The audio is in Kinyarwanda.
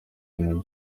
ibintu